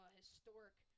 historic